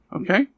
Okay